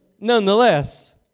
nonetheless